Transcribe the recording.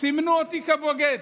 סימנו אותי כבוגד.